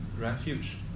refuge